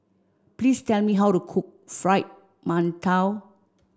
please tell me how to cook fried mantou